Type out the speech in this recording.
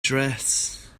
dress